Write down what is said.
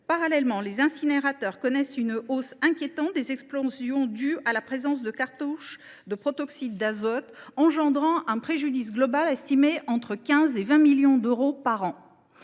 Parallèlement, les incinérateurs connaissent une hausse inquiétante des explosions dues à la présence de cartouches de protoxyde d’azote, engendrant un préjudice global estimé entre 15 millions et 20 millions d’euros par an.